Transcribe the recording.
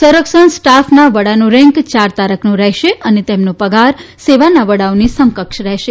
સંરક્ષણ સ્ટાફના વડાનો રેન્ક ચાર તારકનો રહેશે અને તેમનો પગાર સેવાના વડાઓની સમકક્ષ રહેશે